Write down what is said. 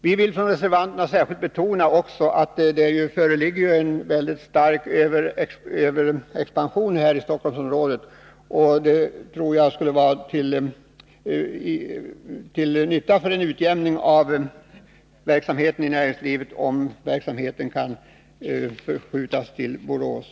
Vi vill från reservanternas sida också särskilt betona att det föreligger en stark överexpansion här i Stockholmsområdet. Jag tror att det skulle vara till nytta för en bättre balans inom näringslivet, om denna verksamhet kunde förflyttas till Borås.